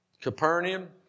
Capernaum